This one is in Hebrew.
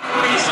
גם הבעלים.